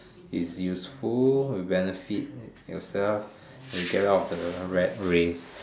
is useful benefit yourself and get out of the rat race